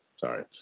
Sorry